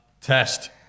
Test